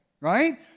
right